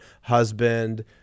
husband